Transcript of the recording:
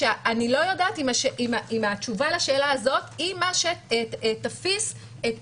שאני לא יודעת אם התשובה לשאלה הזאת היא מה שיפיס את